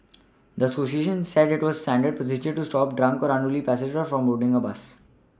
the Associations said it was standard procedure to stop drunk or unruly passengers from boarding a bus